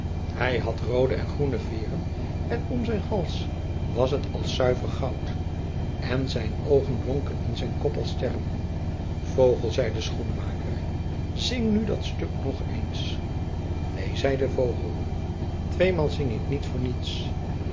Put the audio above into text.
hij had roode en groene veeren en om zijn hals was het als zuiver goud en zijn oogen blonken in zijn kop als sterren vogel zei de schoenmaker zing nu dat stuk nog eens neen zei de vogel tweemaal zing ik niet voor niets